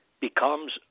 becomes